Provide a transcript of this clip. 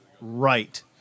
right